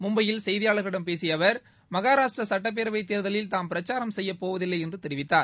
முமு்பையில் செய்தியாளர்களிடடம் பேசிய அவர் மகாராஷ்டிரா சட்டப்பேரவைத் தேர்தலில் தாம் பிரக்சாரம் செய்யப்போவதில்லை என்று தெரிவித்தார்